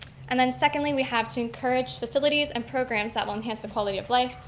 and then secondly we have to encourage facilities and programs that will enhance the quality of life,